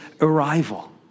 arrival